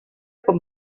com